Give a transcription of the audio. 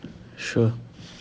sure